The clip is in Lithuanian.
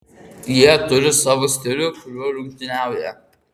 jie turi savo stilių kuriuo rungtyniauja